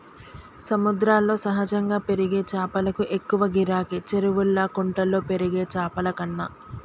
సముద్రాల్లో సహజంగా పెరిగే చాపలకు ఎక్కువ గిరాకీ, చెరువుల్లా కుంటల్లో పెరిగే చాపలకన్నా